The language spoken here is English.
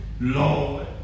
Lord